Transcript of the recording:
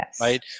Right